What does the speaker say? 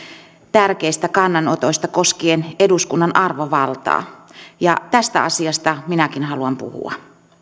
tärkeistä kannanotoista koskien eduskunnan arvovaltaa tästä asiasta minäkin haluan puhua